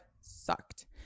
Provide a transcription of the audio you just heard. sucked